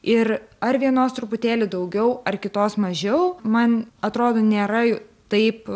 ir ar vienos truputėlį daugiau ar kitos mažiau man atrodo nėra taip